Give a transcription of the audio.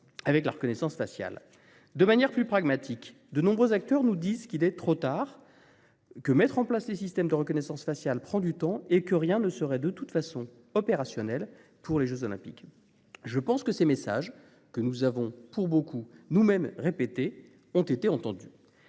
avec la reconnaissance faciale. De manière plus pragmatique, de nombreux acteurs nous disent qu'il est trop tard, que mettre en place les systèmes de reconnaissance faciale prend du temps et que rien ne serait de toute façon opérationnel pour les JO. Je pense que ces messages, que nous avons nous-mêmes répétés, ont été entendus.